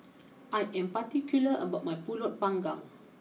I am particular about my Pulut Panggang